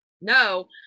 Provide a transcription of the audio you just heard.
No